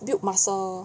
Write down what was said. build muscle